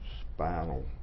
spinal